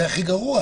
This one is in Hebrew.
זה הכי גרוע.